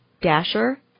dasher